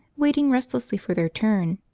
waiting restlessly for their turn.